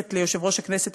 יועצת ליושב-ראש הכנסת,